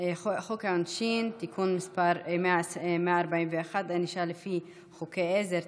להעביר את הצעת חוק העונשין (תיקון מס' 141) (ענישה לפי חוקי עזר),